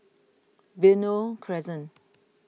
Benoi Crescent